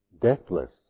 deathless